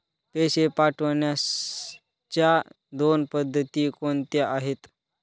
पैसे पाठवण्याच्या दोन पद्धती कोणत्या आहेत?